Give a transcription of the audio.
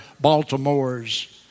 Baltimore's